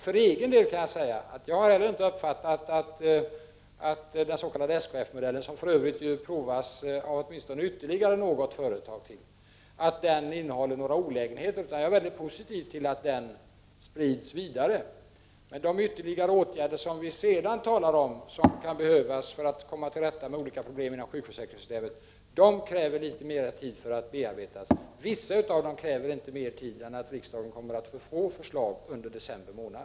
För egen del kan jag säga att jag inte heller har uppfattat att den s.k. SKF modellen — som nu för övrigt provas av åtminstone ytterligare något företag— innehåller några olägenheter. Jag är mycket positiv till att den sprids vidare. Men de ytterligare åtgärder som vi talar om och som kan behövas för att vi skall komma till rätta med de olika problemen inom sjukförsäkringssystemet kräver litet mer tid att bearbeta. Vissa av dem kräver inte mer tid än att riksdagen kommer att få förslag under december månad.